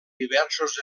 diversos